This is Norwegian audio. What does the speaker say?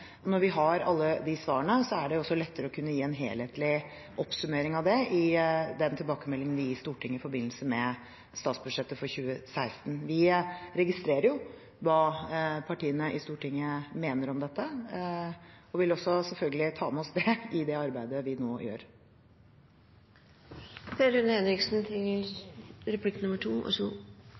dette. Når vi har alle de svarene, er det også lettere å kunne gi en helhetlig oppsummering av det i den tilbakemeldingen vi gir Stortinget i forbindelse med statsbudsjettet for 2016. Vi registrerer jo hva partiene i Stortinget mener om dette og vil selvfølgelig ta med oss det i det arbeidet vi nå gjør. Så